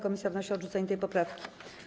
Komisja wnosi o odrzucenie tej poprawki.